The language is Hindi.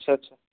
अच्छा अच्छा